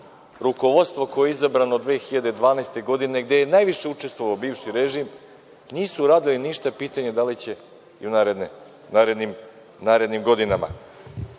rukovodstva koja su izabrana 2012. godine, gde je najviše učestvovao bivši režim, nisu uradili ništa, pitanje da li će i u narednim godinama,